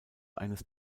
eines